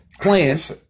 Plans